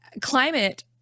Climate